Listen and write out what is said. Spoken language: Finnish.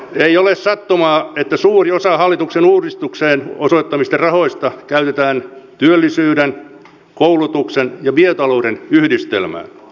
ei ole sattumaa että suuri osa hallituksen uudistuksiin osoittamista rahoista käytetään työllisyyden koulutuksen ja biotalouden yhdistelmään